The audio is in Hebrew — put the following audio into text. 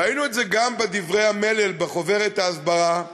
ראינו את זה גם בדברי המלל בחוברת ההסברה,